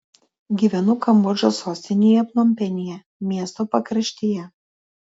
gyvenu kambodžos sostinėje pnompenyje miesto pakraštyje